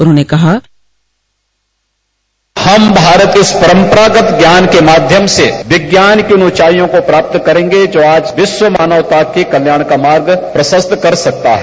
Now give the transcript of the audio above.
उन्होंने कहा बाइट हम भारत के उस परम्परागत ज्ञान के माध्यम से विज्ञान की ऊंचाईयों को प्राप्त करेंगे जो आज विश्व मानवता के कल्याण का मार्ग प्रशस्त कर सकता है